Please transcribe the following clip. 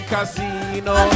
Casino